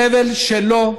הסבל שלו,